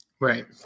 Right